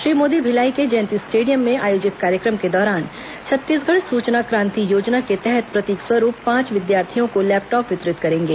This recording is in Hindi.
श्री मोदी भिलाई के जयंती स्टेडियम में आयोजित कार्यक्रम के दौरान छत्तीसगढ़ सूचना क्रांति योजना के तहत प्रतीक स्वरूप पांच विद्यार्थियों को लैपटॉप वितरित करेंगे